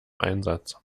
einsatz